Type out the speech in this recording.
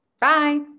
Bye